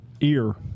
Ear